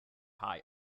eye